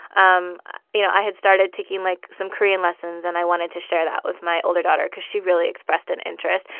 um you know, i had started taking, like, some korean lessons. and i wanted to share that with my older daughter because she really expressed an interest.